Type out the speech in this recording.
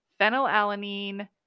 phenylalanine